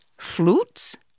Flutes